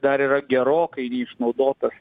dar yra gerokai neišnaudotas